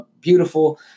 Beautiful